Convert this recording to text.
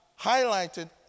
highlighted